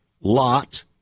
lot